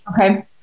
okay